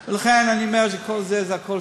לא, זה לא הרפורמים.